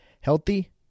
healthy